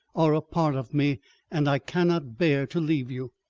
are a part of me and i cannot bear to leave you.